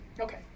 Okay